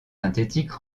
synthétiques